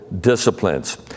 disciplines